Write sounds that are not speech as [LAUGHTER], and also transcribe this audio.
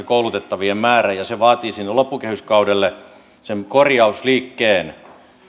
[UNINTELLIGIBLE] koulutettavien määrä siellä neljässäsadassa ja se vaatii loppukehyskaudelle korjausliikkeen